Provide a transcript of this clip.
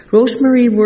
Rosemary